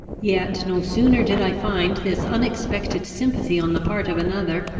yet no sooner did i find this unexpected sympathy on the part of another,